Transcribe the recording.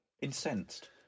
incensed